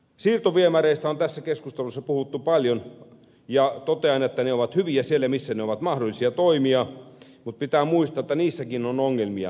siirtoviemäreistä on tässä keskustelussa puhuttu paljon ja totean että ne ovat hyviä siellä missä ne ovat mahdollisia toimia mutta pitää muistaa että niissäkin on ongelmia